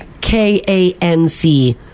K-A-N-C